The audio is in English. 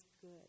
good